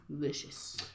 Delicious